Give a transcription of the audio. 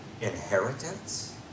inheritance